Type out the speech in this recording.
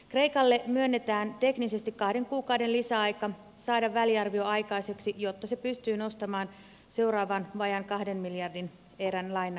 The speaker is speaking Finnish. kreikalle myönnetään teknisesti kahden kuukauden lisäaika saada väliarvio aikaiseksi jotta se pystyy nostamaan seuraavan vajaan kahden miljardin euron lainaerän